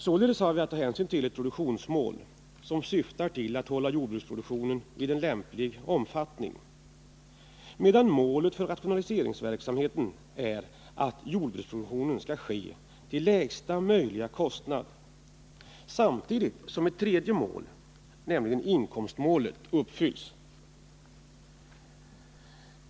Således har vi att ta hänsyn till ett produktionsmål som syftar till att hålla jordbruksproduktionen vid en lämplig nivå, medan målet för rationaliseringsverksamheten är att jordbruksproduktionen skall ske till lägsta möjliga kostnad samtidigt som ett tredje mål, nämligen inkomstmålet, uppfylls.